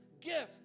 gift